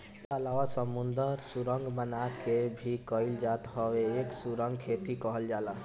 एकरा अलावा समुंदर सुरंग बना के भी कईल जात ह एके सुरंग खेती कहल जाला